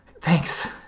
thanks